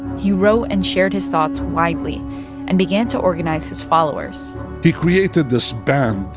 he wrote and shared his thoughts widely and began to organize his followers he created this band,